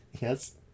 yes